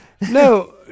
No